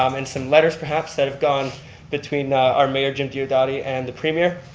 um and some letters perhaps that have gone between our mayor jim diodati and the premier,